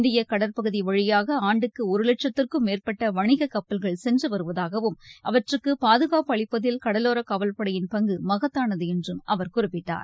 இந்திய உற்பகுதி வழியாக ஆண்டுக்கு ஒரு வட்சத்திற்கும் மேற்பட்ட வணிக கப்பல்கள் சென்று வருவதாகவும் அவற்றுக்கு பாதுகாப்பு அளிப்பதில் கடலோரக் னவல்படையின் பங்கு மகத்தானது என்றும் அவர் குறிப்பிட்டார்